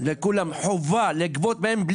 חובה לגבות מהם,